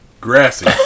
Grassy